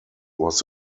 was